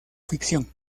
ficción